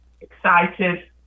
excited